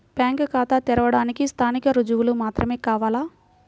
Bank ఖాతా తెరవడానికి స్థానిక రుజువులు మాత్రమే కావాలా?